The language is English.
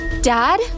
Dad